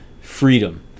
freedom